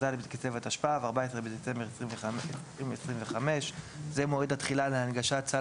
כ"ד בכסלו התשפ"ו (14 בדצמבר 2025)". זה מועד התחילה להנגשת סל